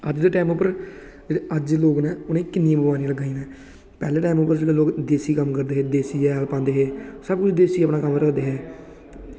अज्ज दे टैम पर मतलब जेह्ड़े अज्ज लोग न उनेंगी किन्नी बमारियां लग्गा दियां न पैह्लें पैह्लें लोग देसी कम्म करदे हे देसी हैल पांदे हे सब कुछ अपना देसी कम्म करदे हे